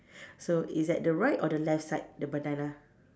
so it's at the right or the left side the banana